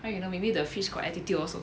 how you know maybe the fish got attitude also